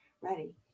ready